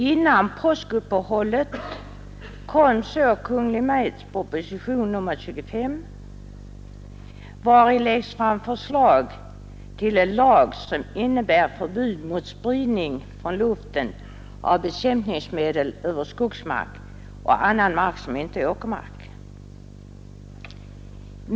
Före påskuppehållet kom så Kungl. Maj:ts proposition nr 25, vari läggs fram förslag till en lag som innebär förbud mot spridning från luften av bekämpningsmedel över skogsmark och annan mark som inte är åkermark.